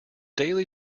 daily